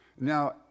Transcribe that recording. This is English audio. Now